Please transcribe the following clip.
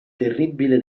terribile